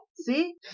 See